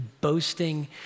boasting